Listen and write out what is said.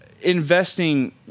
investing